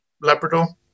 Labrador